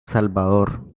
salvador